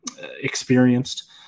experienced